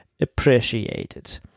appreciated